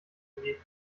handy